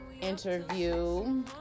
interview